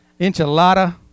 enchilada